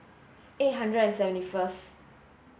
eight hundred and seventy first